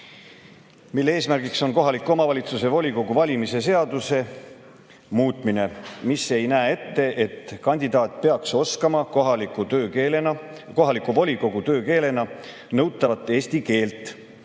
mille eesmärk on kohaliku omavalitsuse volikogu valimise seaduse muutmine, kuna see ei näe ette, et kandidaat peaks oskama kohaliku volikogu töökeelena nõutavat eesti keelt.